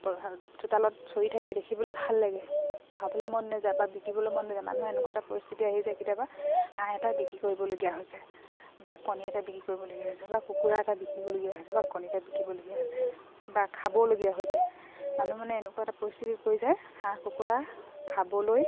চোতালত চৰি থাকে দেখিবলৈ ভাল লাগে খাবলৈ মন নাযায় বা বিকিবলৈ মন নাযায় মানুহৰ এনেকুৱা এটা পৰিস্থিতি আহি যায় কেতিয়াবা হাঁহ এটাই বিক্ৰী কৰিবলগীয়া হৈছে বা কণী এটাই বিক্ৰী কৰিবলগীয়া হৈছে বা কুকুৰা এটা বিকিবলগীয়া হৈছে বা কণী এটা বিকিবলগীয়া হৈছে বা খাবলগীয়া হৈছে মানুহ মানে এনেকুৱা এটা পৰিস্থিতি পৰি যায় হাঁহ কুকুৰা খাবলৈ